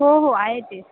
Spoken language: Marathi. हो हो आहे ते